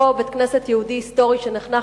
אותו בית-כנסת יהודי היסטורי שנחנך